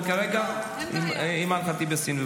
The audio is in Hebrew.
אבל כרגע אימאן ח'טיב יאסין.